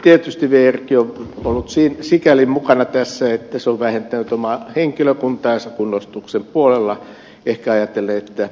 tietysti vrkin on ollut sikäli mukana tässä että se on vähentänyt omaa henkilökuntaansa kunnostuksen puolella ehkä ajatellen että lumi loppuu talvella